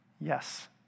Yes